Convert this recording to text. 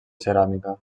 ceràmica